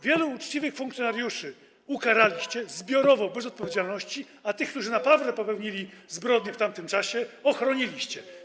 Wielu uczciwych funkcjonariuszy ukaraliście zbiorowo, bez odpowiedzialności, a tych, którzy naprawdę popełnili zbrodnie w tamtym czasie, ochroniliście.